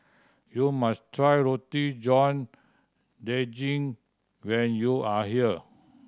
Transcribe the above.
you must try Roti John Daging when you are here